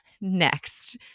next